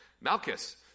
Malchus